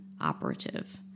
operative